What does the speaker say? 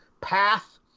path